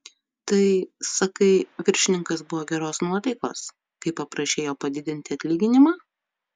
tai sakai viršininkas buvo geros nuotaikos kai paprašei jo padidinti atlyginimą